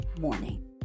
morning